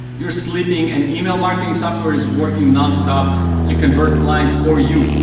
you're sleeping, and email marketing software is working nonstop to convert clients for you,